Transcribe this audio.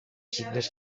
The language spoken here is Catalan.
signes